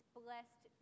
blessed